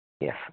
Yes